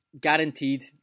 guaranteed